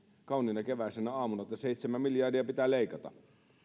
kauniina keväisenä aamuna että seitsemän miljardia pitää leikata